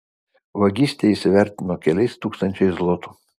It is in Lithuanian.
vagystę jis įvertino keliais tūkstančiais zlotų